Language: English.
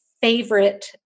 favorite